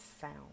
sound